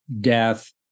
Death